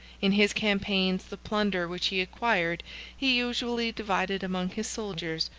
in his campaigns, the plunder which he acquired he usually divided among his soldiers,